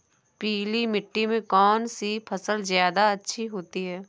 पीली मिट्टी में कौन सी फसल ज्यादा अच्छी होती है?